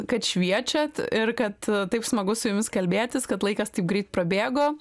kad šviečiat ir kad taip smagu su jumis kalbėtis kad laikas taip greit prabėgo